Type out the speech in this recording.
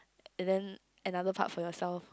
and then another part for yourself